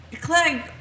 Clegg